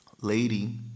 Lady